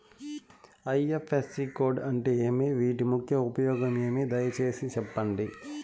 IFSC code అంటే ఏమి? వీటి ముఖ్య ఉపయోగం ఏమి? దయసేసి సెప్పండి?